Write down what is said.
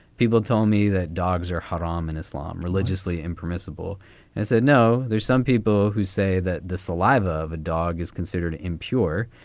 people told me that dogs are haram in islam religiously impermissible and said know. there's some people who say that the saliva of a dog is considered impure.